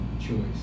choice